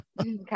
okay